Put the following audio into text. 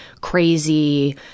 crazy